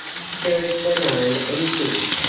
spirits were known and feared,